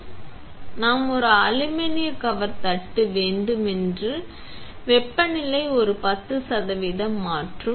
எனவே நாம் ஒரு அலுமினிய கவர் தட்டு வேண்டும் என்று வெப்பநிலை ஒரு 10 சதவீதம் மாற்றும்